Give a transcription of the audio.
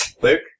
Luke